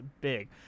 big